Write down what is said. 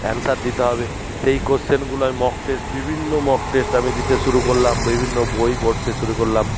answer দিতে হবে সেই কোশ্চেনগুলো আমি মক টেস্ট বিভিন্ন মক টেস্ট আমি দিতে শুরু করলাম বিভিন্ন বই পড়তে শুধু করলাম